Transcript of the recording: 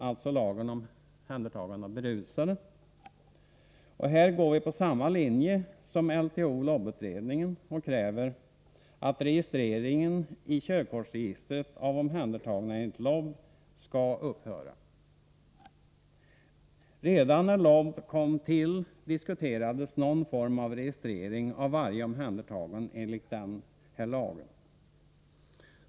Också här går vi på samma linje som LTO/LOB-utredningen och kräver att registrering i körkortsregistret av omhändertagna enligt LOB skall upphöra. Redan när LOB kom till, diskuterades någon form av registrering av varje omhändertagande enligt denna lag.